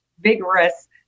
vigorous